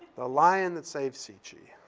the lion that saved si-chee.